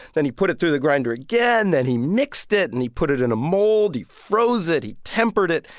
then he put it through the grinder again. then he mixed it, and he put it in a mold. he froze it. he tempered it.